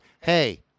hey